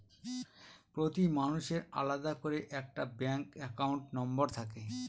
প্রতি মানুষের আলাদা করে একটা ব্যাঙ্ক একাউন্ট নম্বর থাকে